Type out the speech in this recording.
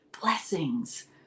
blessings